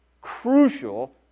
crucial